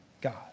God